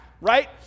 right